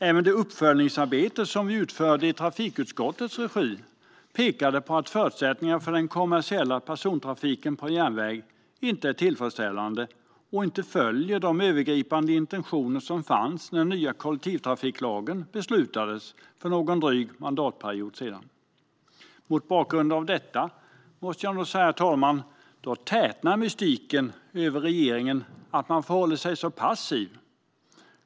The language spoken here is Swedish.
Även det uppföljningsarbete som vi utförde i trafikutskottets regi pekade på att förutsättningarna för den kommersiella persontrafiken på järnväg inte är tillfredsställande och inte följer de övergripande intentioner som fanns när den nya kollektivtrafiklagen beslutades för en dryg mandatperiod sedan. Mot bakgrund av detta det tätnar mystiken. Varför förhåller sig regeringen så passiv?